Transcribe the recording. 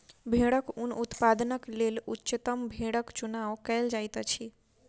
भेड़क ऊन उत्पादनक लेल उच्चतम भेड़क चुनाव कयल जाइत अछि